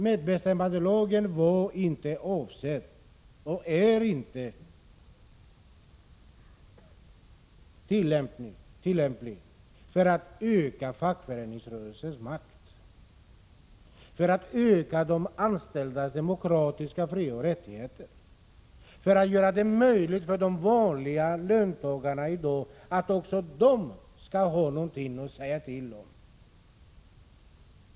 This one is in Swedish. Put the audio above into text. Medbestämmandelagen var inte avsedd och är inte tillämplig för att öka fackföreningsrörelsens makt, för att öka de anställdas demokratiska frioch rättigheter, för att göra det möjligt för de vanliga löntagarna att ha något att säga till om.